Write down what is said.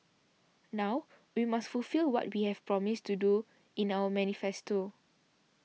now we must fulfil what we have promised to do in our manifesto